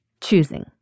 choosing